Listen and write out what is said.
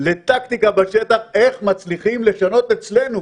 לטקטיקה בשטח איך מצליחים לשנות אצלנו